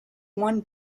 one